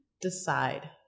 decide